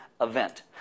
event